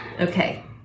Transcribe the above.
Okay